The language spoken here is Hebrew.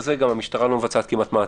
כשאנחנו מתקנים חוק,